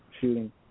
shooting